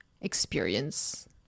experience